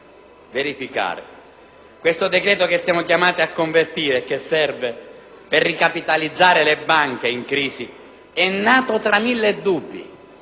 Il decreto che siamo chiamati a convertire, che serve per ricapitalizzare le banche in crisi, è nato tra mille dubbi,